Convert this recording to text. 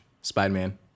Spider-Man